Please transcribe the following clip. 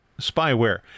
spyware